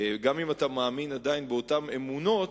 גם אם אתה עדיין מאמין באותן אמונות,